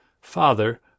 Father